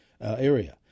area